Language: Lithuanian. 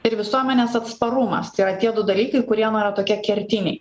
ir visuomenės atsparumas tai yra tie du dalykai kurie na tokie kertiniai